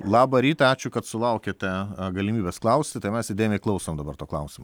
labą rytą ačiū kad sulaukėte galimybės klausti tai mes įdėmiai klausom dabar to klausimo